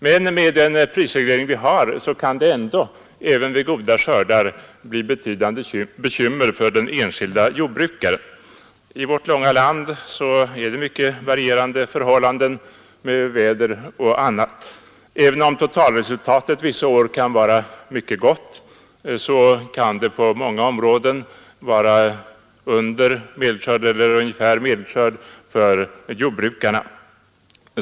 Men med den prisreglering vi har kan det ändå, även vid goda skördar, bli betydande bekymmer för den enskilde jordbrukaren. I vårt långa land är det mycket varierande förhållanden när det gäller väder och annat. Även om totalresultatet vissa ' år kan vara mycket gott, kan det på många områden vara under medelskörd eller ungefär medelskörd för jordbrukarna.